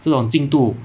这种进度